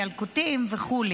ילקוטים וכו'.